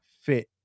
fit